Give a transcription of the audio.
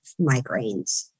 migraines